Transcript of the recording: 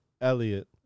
Elliot